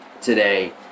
today